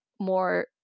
more